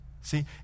See